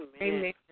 Amen